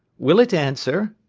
will it answer?